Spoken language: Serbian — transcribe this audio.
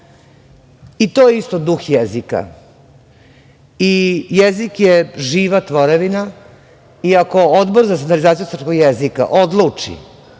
I to je isto duh jezika. Jezik je živa tvorevina i ako Odbor za standardizaciju srpskog jezika odluči